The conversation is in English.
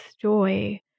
joy